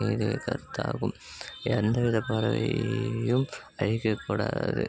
இது என் கருத்தாகும் எந்தவித பறவையும் அழிக்கக்கூடாது